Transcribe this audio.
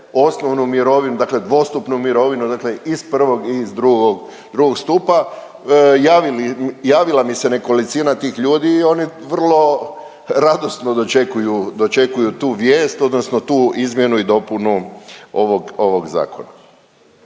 osnovnu mirovinu, dakle dvostupnu mirovinu, dakle i iz prvog i iz drugog stupa. Javila mi se nekolicina tih ljudi i oni vrlo radosno dočekuju tu vijest, odnosno tu izmjenu i dopunu ovog zakona.